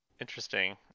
interesting